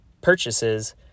purchases